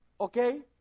Okay